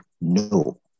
no